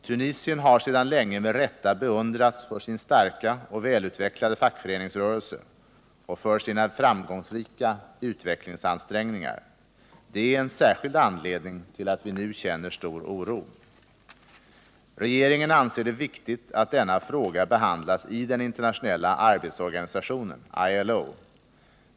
Tunisien har sedan länge med rätta beundrats för sin starka och välutvecklade fackföreningsrörelse och för sina framgångsrika utvecklingsansträngningar. Det är en särskild anledning till att vi nu känner stor oro. Regeringen anser det viktigt att denna fråga behandlas i den internationella arbetsorganisationen, ILO.